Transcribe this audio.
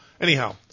Anyhow